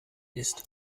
ist